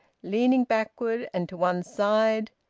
leaning backward and to one side,